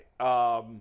right